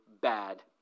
bad